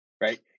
right